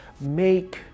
make